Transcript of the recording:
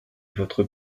votre